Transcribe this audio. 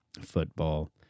football